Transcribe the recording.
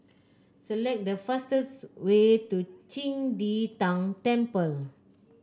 select the fastest way to Qing De Tang Temple